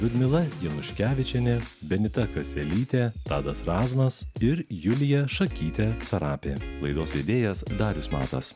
liudmila januškevičienė benita kaselytė tadas razmas ir julija šakytė sarapė laidos vedėjas darius matas